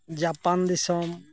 Japan ᱫᱤᱥᱚᱢ